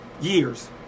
years